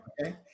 Okay